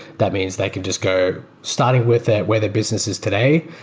that means they can just go starting with that, where the business is today.